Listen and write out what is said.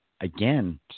Again